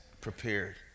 prepared